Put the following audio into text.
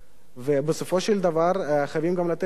ובסופו של דבר חייבים גם לתת תשובות.